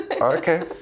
okay